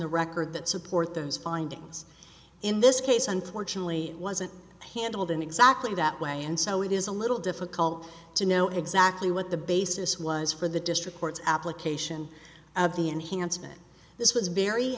the record that support those findings in this case unfortunately it wasn't handled in exactly that way and so it is a little difficult to know exactly what the basis was for the district court's application of the enhancement this was a very